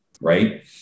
right